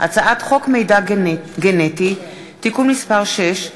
הצעת חוק מידע גנטי (תיקון מס' 6),